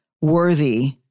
worthy